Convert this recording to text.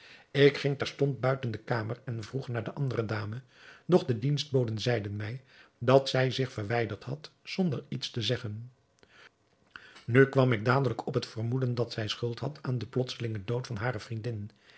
ik ging terstond buiten de kamer en vroeg naar de andere dame doch de dienstboden zeiden mij dat zij zich verwijderd had zonder iets te zeggen nu kwam ik dadelijk op het vermoeden dat zij schuld had aan den plotselingen dood van hare vriendin